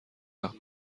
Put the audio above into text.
وقت